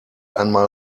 einmal